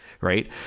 Right